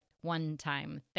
one-time